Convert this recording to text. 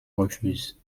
refuse